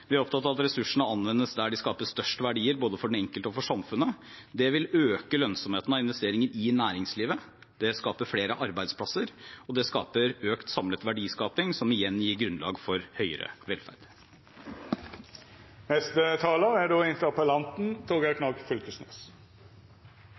Vi er opptatt av at ressursene anvendes der de skaper størst verdier, både for den enkelte og for samfunnet. Det vil øke lønnsomheten av investeringer i næringslivet, det skaper flere arbeidsplasser, og det skaper økt samlet verdiskaping, noe som igjen gir grunnlag for høyere velferd. Først vil eg seie det er